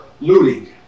looting